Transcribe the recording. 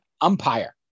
umpire